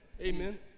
Amen